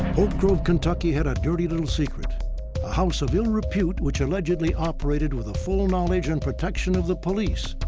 oak grove, kentucky, had a dirty little secret. a house of ill repute, which allegedly operated with the full knowledge and protection of the police.